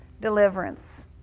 deliverance